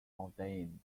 ordained